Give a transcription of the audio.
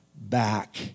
back